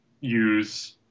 use